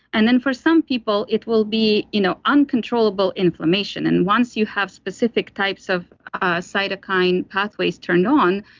and then for some people it will be you know uncontrollable inflammation and once you have specific types of cytokine pathways turned on,